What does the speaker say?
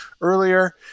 earlier